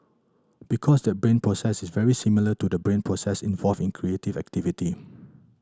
because that brain process is very similar to the brain process involved in creative activity